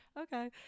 Okay